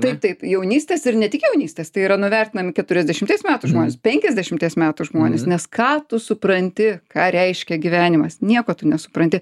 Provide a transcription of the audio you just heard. taip taip jaunystės ir ne tik jaunystės tai yra nuvertinami keturiasdešimties metų žmonės penkiasdešimties metų žmonės nes ką tu supranti ką reiškia gyvenimas nieko tu nesupranti